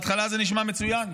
בהתחלה זה נשמע מצוין,